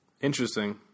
Interesting